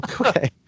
okay